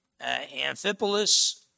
Amphipolis